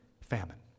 famine